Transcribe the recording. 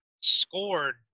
scored